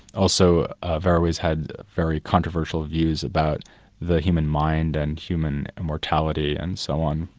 also averroes had very controversial views about the human mind and human immortality and so on.